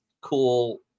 cool